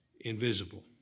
invisible